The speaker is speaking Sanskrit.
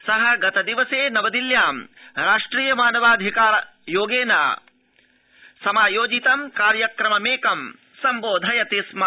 स गतदिवसे नवदिल्ल्यां राष्ट्रिय मानवाधिकारायोगस्य कार्यक्रममेकं सम्बोधयति स्म